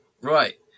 Right